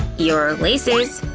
your laces?